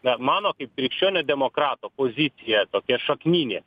na mano kaip krikščionio demokrato pozicija tokia šakninė